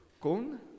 con